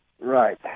Right